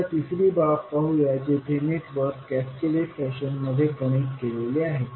आता तिसरी बाब पाहूया जेथे नेटवर्क कॅस्कॅडेड फॅशनमध्ये कनेक्ट केलेले आहे